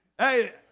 Hey